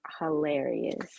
hilarious